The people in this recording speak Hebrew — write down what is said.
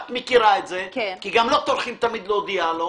ואת מכירה את זה כי גם לא טורחים תמיד להודיע לו,